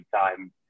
time